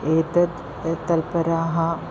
एतत् तत्पराः